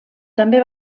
també